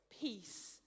Peace